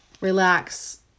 relax